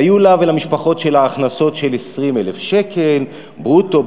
היו לה ולמשפחות שלה הכנסות של 20,000 שקל ברוטו,